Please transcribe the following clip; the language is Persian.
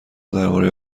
درباره